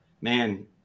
Man